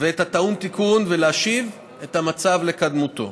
ואת הטעון תיקון ולהשיב את המצב לקדמותו.